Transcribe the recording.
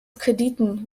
krediten